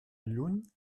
lluny